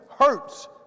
hurts